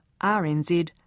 RNZ